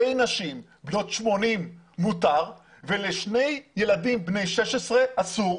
למה לשתי נשים בנות 80 מותר ולשני ילדים בני 16 אסור?